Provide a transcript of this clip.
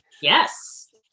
Yes